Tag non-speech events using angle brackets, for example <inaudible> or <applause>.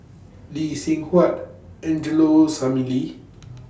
Lee Seng Huat Angelo Sanelli <noise>